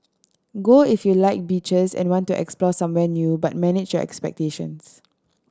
go if you like beaches and want to explore some when new but manage your expectations